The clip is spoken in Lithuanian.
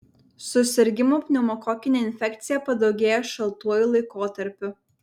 susirgimų pneumokokine infekcija padaugėja šaltuoju laikotarpiu